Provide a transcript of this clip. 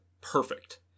perfect